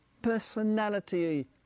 Personality